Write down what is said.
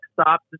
stop